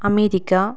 America